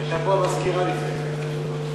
פה לפני.